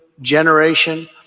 generation